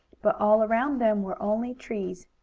but all around them were only trees.